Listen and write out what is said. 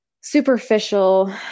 superficial